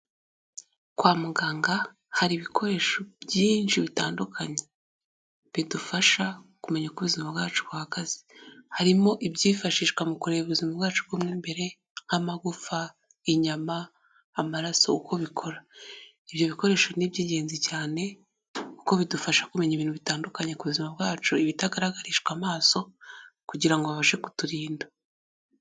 Kwa muganga hari ibikoresho byinshi bitandukanye bidufasha kumenya uko ubuzima bwacu buhagaze. Harimo ibyifashishwa mu kureba ubuzima bwacu bwo mo imbere nk'amagufa, inyama, amaraso uko bikora. Ibyo bikoresho ni iby'ingenzi cyane kuko bidufasha kumenya ibintu bitandukanye ku buzima bwacu, ibitagaragarishwa amaso kugira ngo babashe kuturinda.